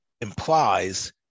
implies